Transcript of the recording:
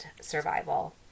survival